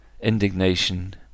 indignation